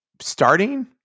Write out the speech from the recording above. starting